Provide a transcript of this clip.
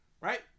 right